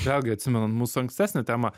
vėlgi atsimenant mūsų ankstesnę temą